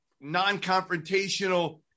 non-confrontational